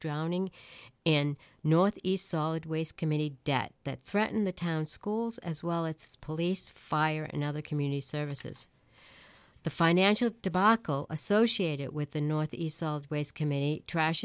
drowning in northeast solid waste committee debt that threaten the town schools as well its police fire and other community services the financial debacle associate it with the north east solved ways committee trash